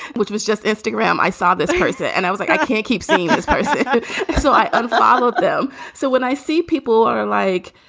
which was just instagram, i saw this person and i was like, i can't keep seeing this. so i um followed them so when i see people are like,